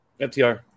FTR